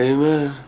Amen